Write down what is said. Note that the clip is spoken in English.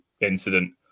incident